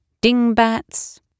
dingbats